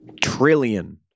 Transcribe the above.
trillion